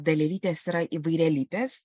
dalelytės yra įvairialypės